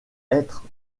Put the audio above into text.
être